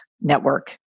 network